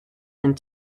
and